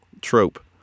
trope